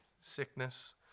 sickness